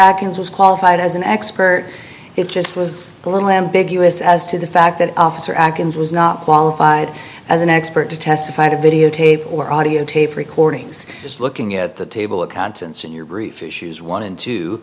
akron's was qualified as an expert it just was a little ambiguous as to the fact that officer akron's was not qualified as an expert to testify to videotape or audiotape recordings just looking at the table of contents in your brief issues want